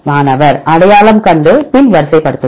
மாணவர் அடையாளம் கண்டு பின் வரிசைப்படுத்துதல்